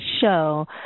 show